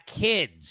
kids